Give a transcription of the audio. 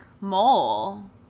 mole